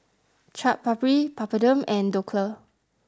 Chaat Papri Papadum and Dhokla